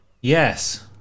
yes